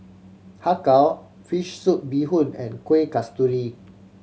Har Kow fish soup bee hoon and Kueh Kasturi